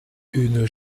une